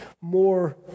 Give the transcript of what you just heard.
more